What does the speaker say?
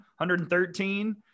113